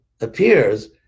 appears